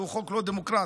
שהוא חוק לא דמוקרטי,